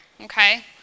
okay